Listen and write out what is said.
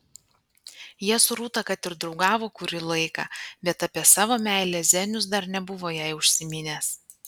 jie su rūta kad ir draugavo kurį laiką bet apie savo meilę zenius dar nebuvo jai užsiminęs